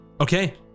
okay